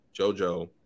JoJo